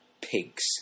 pigs